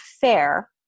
fair